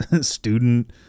student